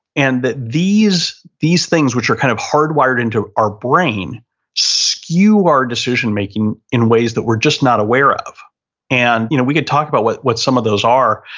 and that these, these things which are kind of hardwired into our brain skew our decision making in ways that we're just not aware of and you know we could talk about what what some of those are.